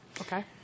Okay